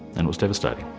and was devastating.